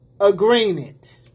agreement